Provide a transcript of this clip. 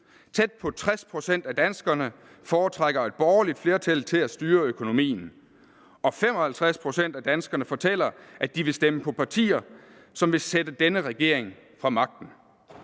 Tæt på 60 pct. af danskerne foretrækker et borgerligt flertal til at styre økonomien, og 55 pct. af danskerne fortæller, at de vil stemme på partier, som vil sætte denne regering fra magten.